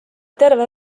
terve